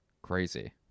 crazy